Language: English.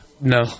No